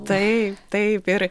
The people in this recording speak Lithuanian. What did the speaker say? taip taip ir